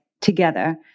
together